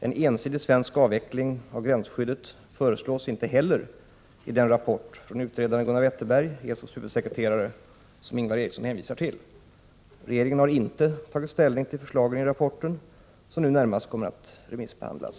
En ensidig svensk avveckling av gränsskyddet föreslås inte heller i den rapport från utredaren Gunnar Wetterberg, ESO:s huvudsekreterare, som Ingvar Eriksson hänvisar till. Regeringen har inte tagit ställning till förslagen i rapporten, som nu närmast kommer att remissbehandlas.